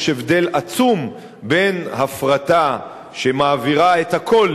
יש הבדל עצום בין הפרטה שמעבירה הכול,